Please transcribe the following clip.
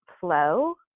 flow